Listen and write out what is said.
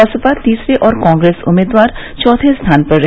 बसपा तीसरे और कांग्रेस उम्मीदवार चौथे स्थान पर रहे